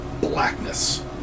blackness